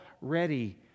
ready